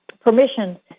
permission